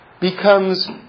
becomes